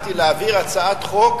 הצלחתי להעביר הצעת חוק,